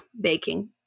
baking